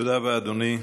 תודה רבה, אדוני.